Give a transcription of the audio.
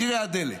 מחירי הדלק.